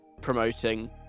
promoting